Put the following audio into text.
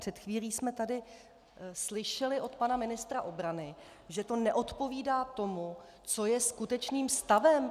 Před chvílí jsme tady slyšeli od pana ministra obrany, že to neodpovídá tomu, co je skutečným stavem.